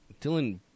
Dylan